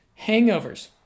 hangovers